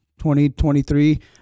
2023